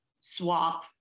swap